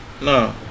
No